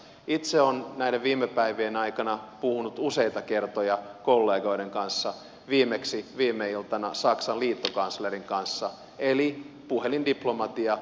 itse olen näiden viime päivien aikana puhunut useita kertoja kollegoiden kanssa viimeksi viime iltana saksan liittokanslerin kanssa eli puhelindiplomatia